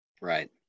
Right